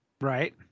Right